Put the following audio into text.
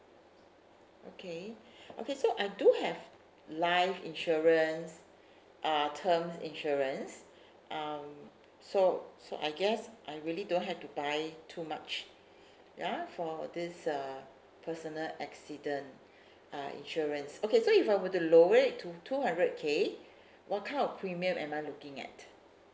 okay okay so I do have life insurance uh terms insurance um so so I guess I really don't have to buy too much ya for this uh personal accident uh insurance okay so if I were to lower it to two hundred K what kind of premium am I looking at